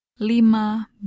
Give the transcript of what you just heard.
Lima